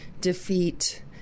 defeat